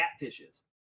catfishes